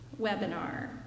webinar